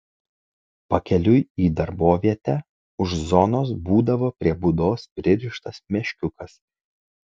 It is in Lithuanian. pakeliui į darbovietę už zonos būdavo prie būdos pririštas meškiukas